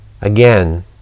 again